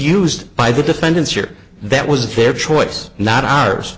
used by the defendants or that was their choice not ours